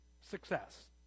success